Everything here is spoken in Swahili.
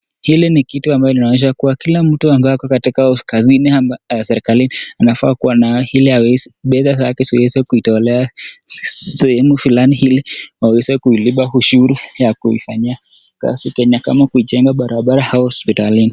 Hili ni kitu ambalo linaonesha kuwa kila mtu ambaye yuko katika kazini ya serikalini anafaa kuwa nayo ili pesa zake ziweze, kutolewa sehemu fulani ili waweze kulipa ushuru ya kuifanyia kazi Kenya kama kujenga barabara au hospitali.